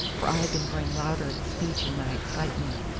for i had been growing louder of speech in my excitement,